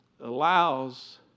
allows